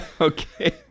Okay